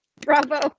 Bravo